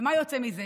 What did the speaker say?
מה יוצא מזה?